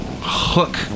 hook